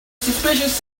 suspicious